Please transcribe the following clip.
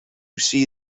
see